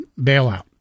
bailout